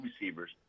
receivers